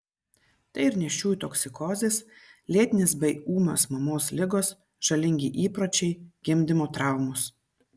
tai ir nėščiųjų toksikozės lėtinės bei ūmios mamos ligos žalingi įpročiai gimdymo traumos